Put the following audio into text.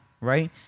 right